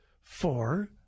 Four